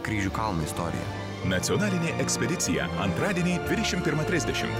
kryžių kalno istoriją nacionalinė ekspedicija antradienį dvidešimt pirmą trisdešimt